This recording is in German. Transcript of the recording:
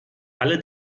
alle